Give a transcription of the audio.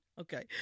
Okay